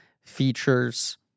features